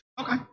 Okay